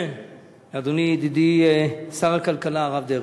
אדוני ידידי שר הכלכלה הרב דרעי,